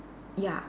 ya